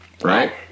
Right